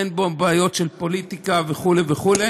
אין בו בעיות של פוליטיקה וכו' וכו',